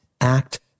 act